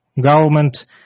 government